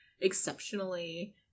exceptionally